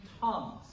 tongues